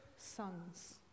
sons